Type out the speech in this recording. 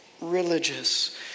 religious